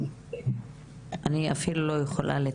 ויושבים אתנו נציגי משטרה,